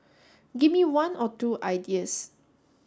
give me one or two ideas